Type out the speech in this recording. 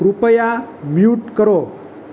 કૃપયા મ્યૂટ કરો